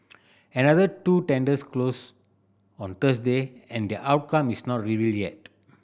another two tenders closed on Thursday and their outcome is not revealed yet